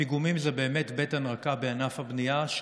הפיגומים זה באמת בטן רכה בענף הבנייה.